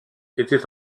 était